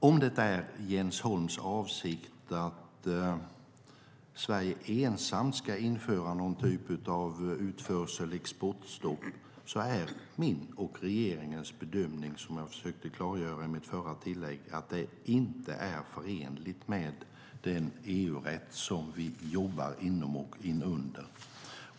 Om det är Jens Holms avsikt att Sverige ensamt ska införa någon typ av utförsel eller exportstopp vill jag säga att det är min och regeringens bedömning, vilket jag försökte klargöra i mitt förra inlägg, att det inte är förenligt med den EU-rätt inom och under vilken vi jobbar.